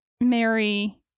Mary